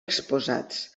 exposats